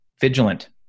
vigilant